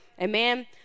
Amen